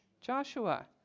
Joshua